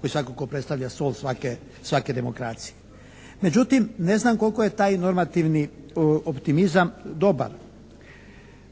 koji svakako predstavlja sol svake demokracije. Međutim, ne znam koliko je taj normativni optimizam dobar.